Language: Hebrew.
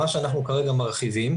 מה שאנחנו כרגע מרחיבים,